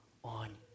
on